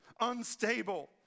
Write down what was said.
unstable